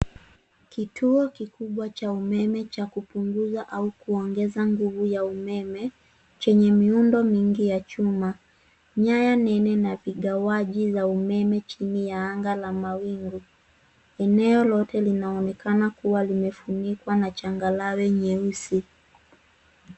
Kituo kikubwa cha umeme cha kupunguza au kuongeza nguvu ya umeme chenye muindo mingi ya chuma, nyaya mingi na vigawaji za umeme chini ya anga la mawingu. Eneo lote linaonekana kuwa limefunikwa na changarawe nyeusi.